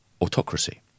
autocracy